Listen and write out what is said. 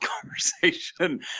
conversation